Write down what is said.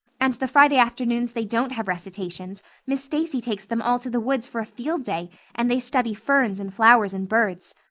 and the friday afternoons they don't have recitations miss stacy takes them all to the woods for a field day and they study ferns and flowers and birds.